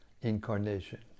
incarnation